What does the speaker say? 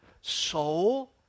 soul